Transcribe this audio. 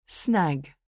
Snag